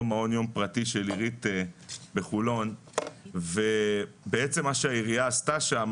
מעון יום פרטי של עירית בחולון ובעצם מה שהעירייה עשתה שם